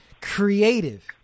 creative